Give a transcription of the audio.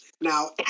Now